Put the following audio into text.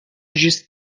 juste